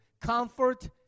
comfort